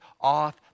off